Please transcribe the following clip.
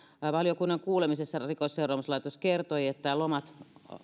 valiokunnan kuulemisessa rikosseuraamuslaitos kertoi että lomat